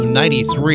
93